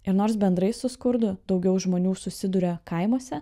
ir nors bendrai su skurdu daugiau žmonių susiduria kaimuose